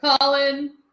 Colin